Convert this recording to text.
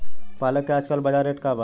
पालक के आजकल बजार रेट का बा?